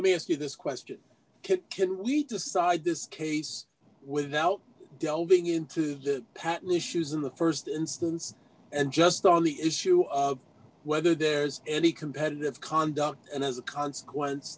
let me ask you this question can we decide this case without delving into the patently shoes in the st instance and just on the issue of whether there's any competitive conduct and as a consequence